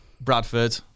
Bradford